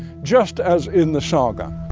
just as in the saga.